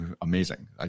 amazing